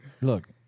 look